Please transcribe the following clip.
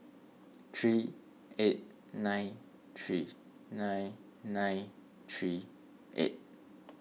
three eight nine three nine nine three eight